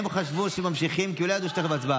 הם חשבו שממשיכים, כי הם לא ידעו שתכף הצבעה.